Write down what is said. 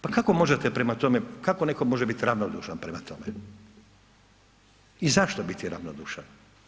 Pa kako možete prema tome, kako neko može biti ravnodušan prema tome? i zašto biti ravnodušan?